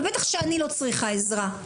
ובטח שאני לא צריכה עזרה.